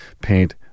paint